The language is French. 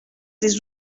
des